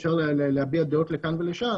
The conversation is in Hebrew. אפשר להביע דעות לכאן ולשם,